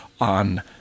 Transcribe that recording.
on